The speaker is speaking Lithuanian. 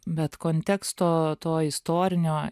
bet konteksto to istorinio